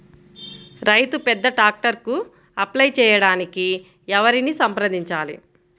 రైతు పెద్ద ట్రాక్టర్కు అప్లై చేయడానికి ఎవరిని సంప్రదించాలి?